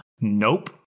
Nope